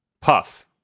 Puff